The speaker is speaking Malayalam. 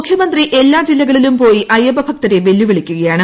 മുഖ്യമന്ത്രി എല്ലാ ജില്ലകളിലും പോയി അയ്യപ്പഭക്തരെ വെല്ലുവിളിക്കുകയാണ്